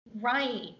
Right